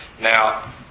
Now